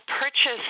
purchase